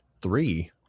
Three